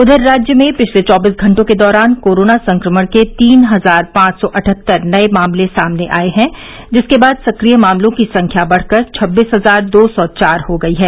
उधर राज्य में पिछले चौबीस घंटों के दौरान कोरोना संक्रमण के तीन हजार पांच सौ अठहत्तर नए मामले सामने आए हैं जिसके बाद सक्रिय मामलों की संख्या बढ़कर छब्बीस हजार दो सौ चार हो गयी है